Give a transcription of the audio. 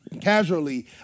casually